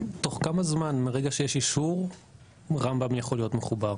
בתוך כמה זמן מרגע שיש אישור רמב"ם יכול להיות מחובר?